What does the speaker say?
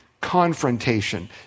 confrontation